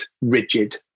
rigid